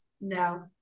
no